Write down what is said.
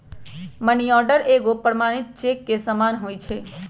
money order एगो प्रमाणिक cheque के समान होइ छै